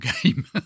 game